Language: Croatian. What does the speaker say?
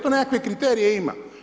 To nekakve kriterije ima.